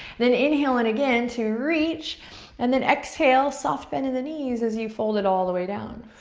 then inhaling again to reach and then exhale. soft bend in the knees as you fold it all the way down.